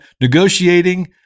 negotiating